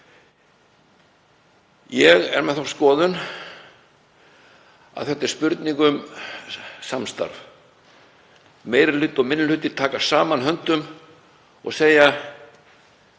Ég er með þá skoðun að þetta sé spurning um samstarf; meiri hluti og minni hluti taka saman höndum og segja: